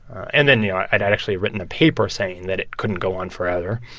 and then, you know, i'd i'd actually written a paper saying that it couldn't go on forever.